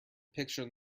picture